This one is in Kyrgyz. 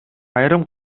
айрым